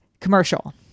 commercial